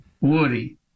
Woody